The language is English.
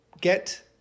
get